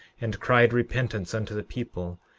and cried repentance unto the people,